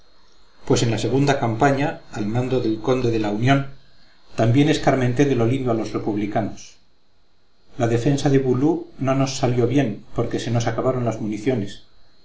pues en la segunda campaña al mando del conde de la unión también escarmenté de lo lindo a los republicanos la defensa de boulou no nos salió bien porque se nos acabaron las municiones